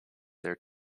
their